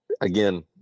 again